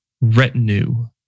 retinue